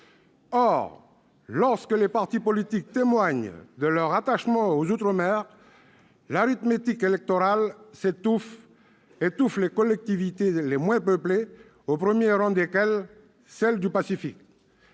Or, lorsque les partis politiques témoignent de leur attachement aux outre-mer, l'arithmétique électorale étouffe les collectivités les moins peuplées, au premier rang desquelles celles du Pacifique.